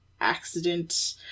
accident